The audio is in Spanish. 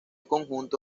conjunto